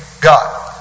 God